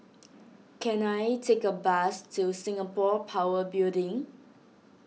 can I take a bus to Singapore Power Building